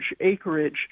acreage